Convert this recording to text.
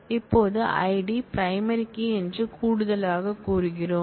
இப்போது ID primary key என்று கூடுதலாகக் கூறுகிறோம்